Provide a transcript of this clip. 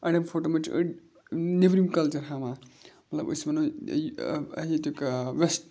اَڑٮ۪ن فوٹون منٛز چھِ أڑۍ نیٚبرِم کَلچَر ہاوان ملب أسۍ وَنو ییٚتیُک وٮ۪س